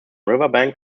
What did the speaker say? riverbank